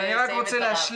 כן, אני רק רוצה להשלים.